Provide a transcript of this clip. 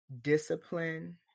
discipline